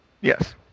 yes